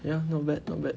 ya not bad not bad